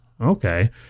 Okay